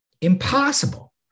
impossible